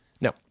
No